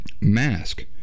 mask